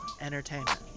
Entertainment